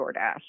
DoorDash